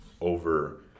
over